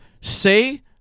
say